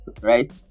right